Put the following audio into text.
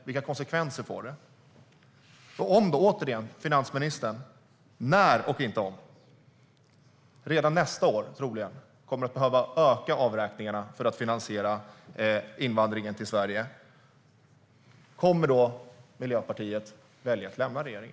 Kommer Miljöpartiet välja att lämna regeringen när, inte om, finansministern troligen redan nästa år kommer att behöva öka avräkningarna för att finansiera invandringen till Sverige?